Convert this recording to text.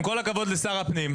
עם כל הכבוד לשר הפנים,